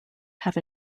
have